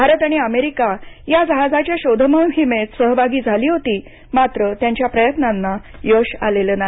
भारत आणि अमेरिका या जहाजाच्या शोधमोहिमेत सहभागी झाली होती मात्र त्यांच्या प्रयत्नांना यश आलं नाही